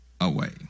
away